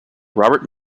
robert